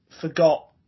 forgot